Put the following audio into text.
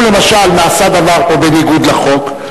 אם למשל נעשה דבר בניגוד לחוק,